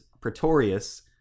Pretorius